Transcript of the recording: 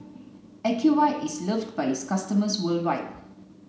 ocuvite is loved by its customers worldwide